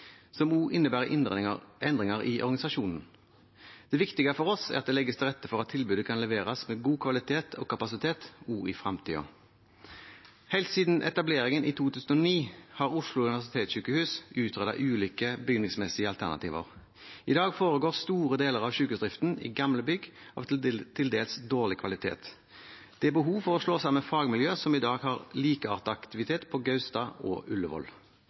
som også innebærer endringer i organisasjonen. Det viktige for oss er at det legges til rette for at tilbudet kan leveres med god kvalitet og kapasitet også i fremtiden. Helt siden etableringen i 2009 har Oslo universitetssykehus utredet ulike bygningsmessige alternativer. I dag foregår store deler av sykehusdriften i gamle bygg av til dels dårlig kvalitet. Det er behov for å slå sammen fagmiljøer som i dag har likeartet aktivitet på Gaustad og